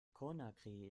conakry